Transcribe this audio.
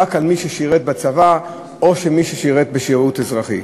רק על מי ששירת בצבא או בשירות אזרחי.